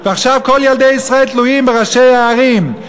ועכשיו כל ילדי ישראל תלויים בראשי הערים.